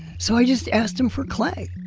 so i just asked him for clay,